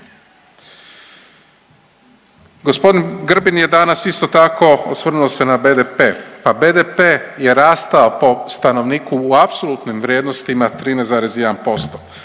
Gospodin Grbin je danas isto tako osvrnuo se na BDP. Pa BDP je rastao po stanovniku u apsolutnim vrijednostima 13,1%.